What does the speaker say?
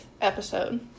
episode